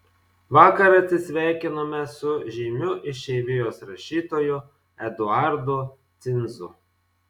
vakar atsisveikinome su žymiu išeivijos rašytoju eduardu cinzu